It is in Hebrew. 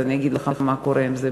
אז אני אגיד לך מה קורה עם זה,